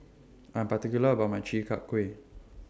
I'm particular about My Chi Kak Kuih